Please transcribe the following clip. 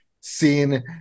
seen